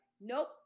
Nope